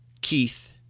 Keith